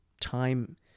time